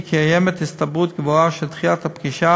כי קיימת הסתברות גבוהה שדחיית הפגישה